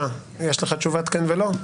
יש לך תשובת כן ולא?